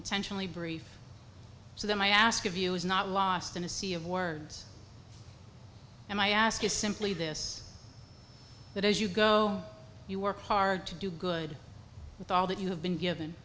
intentionally brief so that i ask of you is not lost in a sea of words and i ask is simply this that as you go you work hard to do good with all that you have been given